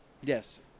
Yes